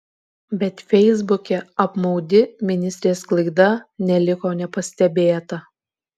bet feisbuke apmaudi ministrės klaida neliko nepastebėta